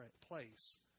place